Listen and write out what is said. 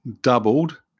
doubled